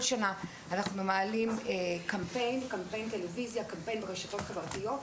שנה אנחנו מעלים קמפיין טלוויזיה וכן ברשתות החברתיות.